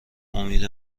امید